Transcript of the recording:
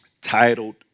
titled